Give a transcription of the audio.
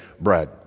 bread